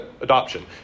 Adoption